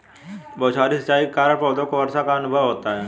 बौछारी सिंचाई के कारण पौधों को वर्षा का अनुभव होता है